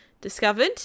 discovered